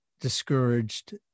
discouraged